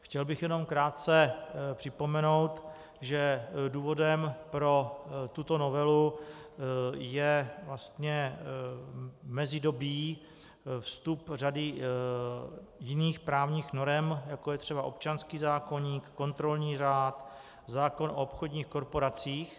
Chtěl bych jenom krátce připomenout, že důvodem pro tuto novelu je vlastně mezidobí, vstup řady jiných právních norem, jako je třeba občanský zákoník, kontrolní řád, zákon o obchodních korporacích.